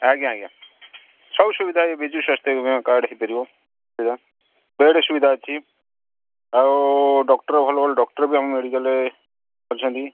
ଆଜ୍ଞା ଆଜ୍ଞା ସବୁ ସୁବିଧା ବିଜୁ ସ୍ୱାସ୍ଥ୍ୟ କାର୍ଡ଼ ହେଇପାରିବ ସେଇଟା ବେଡ଼୍ ସୁବିଧା ଅଛି ଆଉ ଡକ୍ଟର ଭଲ ଭଲ ଡକ୍ଟର ବି ଆମ ମେଡ଼ିକାଲରେ ଅଛନ୍ତି